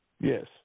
yes